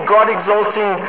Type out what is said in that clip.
God-exalting